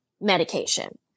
medication